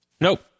Nope